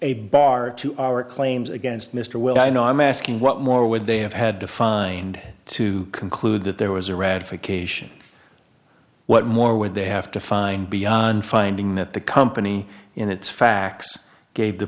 a bar to our claims against mr will i know i'm asking what more would they have had to find to conclude that there was a ratification what more would they have to find beyond finding that the company in its facts gave the